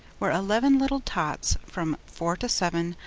where eleven little tots, from four to seven,